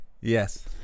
Yes